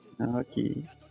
Okay